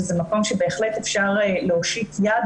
וזה מקום שבהחלט אפשר להושיט יד,